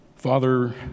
Father